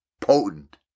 potent